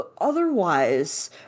otherwise